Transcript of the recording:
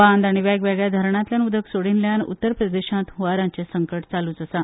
बांद आनी वेगवेगळ्या धरणांतल्यान उदक सोडिल्ल्यान उत्तर प्रदेशांत हंवाराचे संकट चालूच आसा